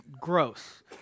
gross